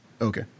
Okay